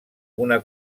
una